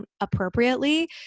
appropriately